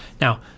now